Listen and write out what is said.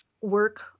Work